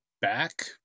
back